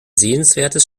sehenswertes